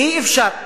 אי-אפשר.